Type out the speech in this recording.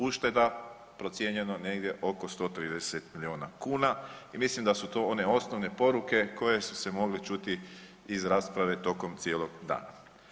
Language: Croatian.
Ušteda, procijenjeno negdje oko 130 milijuna kuna i mislim da su to one osnovne poruke koje su se mogle čuti iz rasprave tokom cijelog dana.